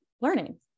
learning